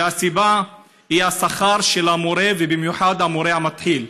והסיבה היא השכר של המורה ובמיוחד המורה המתחיל.